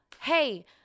Hey